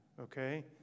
okay